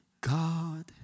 God